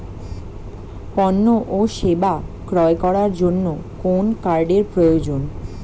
পণ্য ও সেবা ক্রয় করার জন্য কোন কার্ডের প্রয়োজন?